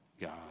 God